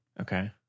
Okay